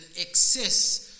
excess